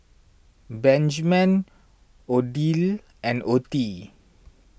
Benjman Odile and Ottie